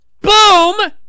boom